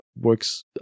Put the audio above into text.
works